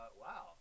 Wow